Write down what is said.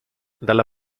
dalla